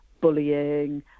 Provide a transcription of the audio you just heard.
bullying